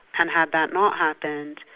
and had that not happened,